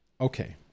okay